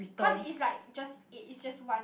cause it's like just eight it's just one